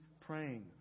praying